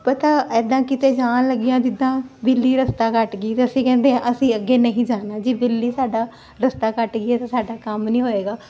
ਪਤਾ ਇਦਾਂ ਕਿਤੇ ਜਾਣ ਲੱਗਿਆਂ ਵੀ ਜਿੱਦਾਂ ਵੀ ਬਿੱਲੀ ਰਸਤਾ ਕੱਟ ਗਈ ਤੇ ਅਸੀਂ ਕਹਿੰਦੇ ਆ ਅਸੀਂ ਅੱਗੇ ਨਹੀਂ ਜਾਣਾ ਜੀ ਦਿੱਲੀ ਸਾਡਾ ਰਸਤਾ ਕੱਟ ਗਈ ਆ ਤਾਂ ਸਾਡਾ ਕੰਮ ਨਹੀਂ ਹੋਏਗਾ